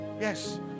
yes